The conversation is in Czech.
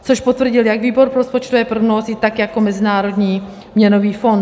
Což potvrdil jak výbor rozpočtové prognózy, tak jako Mezinárodní měnový fond.